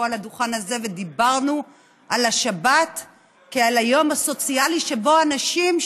על הדוכן הזה ודיברנו על השבת כעל היום הסוציאלי שבו אנשים,